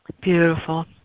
Beautiful